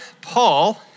Paul